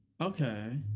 Okay